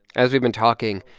as we've been talking.